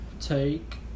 take